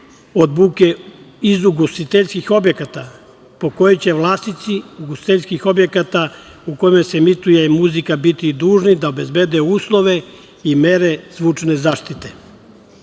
od buke iz ugostiteljskih objekata po kojoj će vlasnici ugostiteljskih objekata u kojima se emituje muzika biti dužni da obezbede uslove i mere zvučne zaštite,